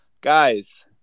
Guys